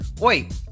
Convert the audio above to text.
Wait